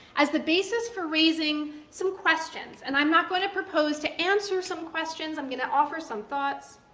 as the basis for raising some questions. and i'm not going to propose to answer some questions. i'm going to offer some thoughts.